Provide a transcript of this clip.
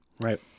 Right